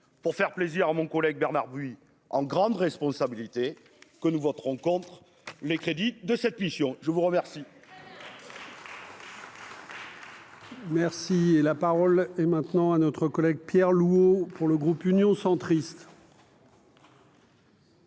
pour faire plaisir à mon collègue Bernard buis en grande responsabilité que nous voterons contre les crédits de cette mission, je vous remercie.